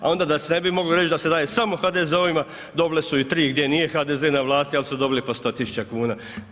A onda da se ne bi moglo reći da se daje samo HDZ-ovima, dobile su i 3 gdje nije HDZ na vlasti ali su dobili po 100 tisuća kuna.